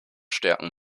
stärken